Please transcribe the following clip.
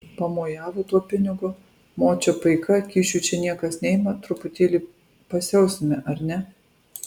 pamojavo tuo pinigu močia paika kyšių čia niekas neima truputėlį pasiausime ar ne